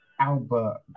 Albert